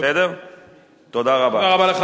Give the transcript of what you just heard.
תודה רבה.